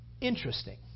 interesting